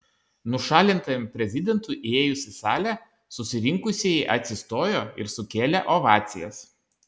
nušalintajam prezidentui įėjus į salę susirinkusieji atsistojo ir sukėlė ovacijas